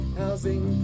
housing